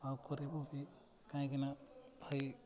ଆଉ କରିବୁ କି କାହିଁକିନା ଭାଇ